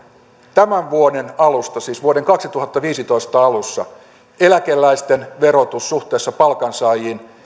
tämän vuoden siis vuoden kaksituhattaviisitoista alussa eläkeläisten verotus suhteessa palkansaajiin